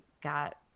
got